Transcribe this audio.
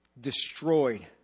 destroyed